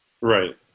Right